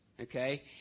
okay